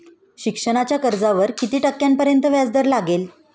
शिक्षणाच्या कर्जावर किती टक्क्यांपर्यंत व्याजदर लागेल?